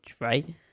right